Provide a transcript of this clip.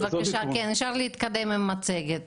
אני מציג במצגת